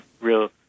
real